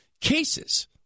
Cases